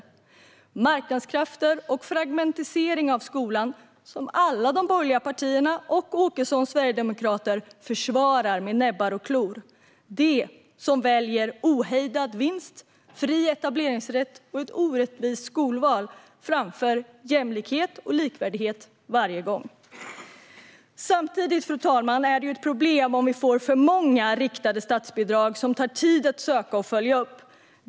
Det är marknadskrafter och fragmentisering av skolan som alla de borgerliga partierna och Åkessons sverigedemokrater försvarar med näbbar och klor. Det är de som väljer ohejdad vinst, fri etableringsrätt och ett orättvist skolval framför jämlikhet och likvärdighet - varje gång. Fru talman! Samtidigt är det ett problem om det blir för många riktade statsbidrag som tar tid att söka och följa upp.